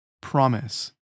promise